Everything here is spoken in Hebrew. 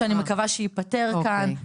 שאני מקווה שייפתר כאן,